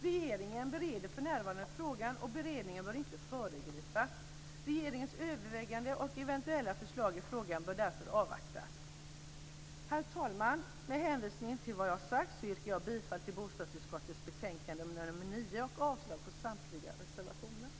Regeringen bereder för närvarande frågan, och beredningen bör inte föregripas. Regeringens överväganden och eventuella förslag i frågan bör därför avvaktas. Herr talman! Med hänvisning till det jag har sagt yrkar jag bifall till hemställan i bostadsutskottets betänkandet nr 9 och avslag på samtliga reservationer.